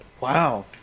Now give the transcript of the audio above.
Wow